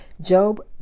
Job